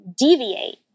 deviate